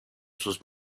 sus